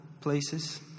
places